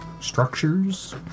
structures